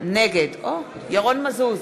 נגד ירון מזוז,